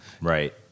right